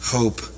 hope